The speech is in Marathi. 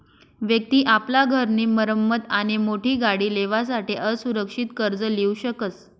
व्यक्ति आपला घर नी मरम्मत आणि मोठी गाडी लेवासाठे असुरक्षित कर्ज लीऊ शकस